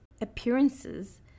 appearances